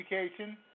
education